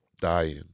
dying